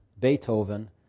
Beethoven